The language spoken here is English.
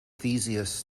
theseus